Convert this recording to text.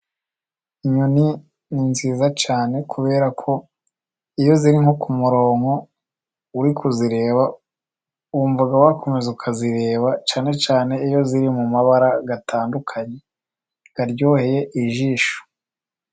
Inyoni ni nziza cyane kubera ko iyo ziri nko ku murongo uri kuzireba, wumva wakomeza ukazireba cyane cyane iyo ziri mu mabara atandukanye aryoheye ijisho.